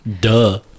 Duh